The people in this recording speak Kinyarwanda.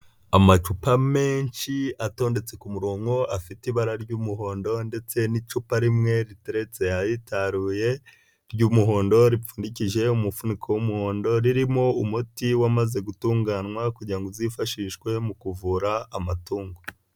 Amacupa menshi atondetse ku murongo, afite ibara ry'umuhondo, ndetse n'icupa rimwe riteretse ahitaruye ry'umuhondo ripfundikije umufuniko w'umuhondo, ririmo umuti wamaze gutunganywa kugirango ngo uzifashishwe mu kuvura amatungo.